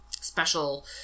special